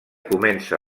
comença